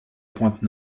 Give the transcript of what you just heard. pointe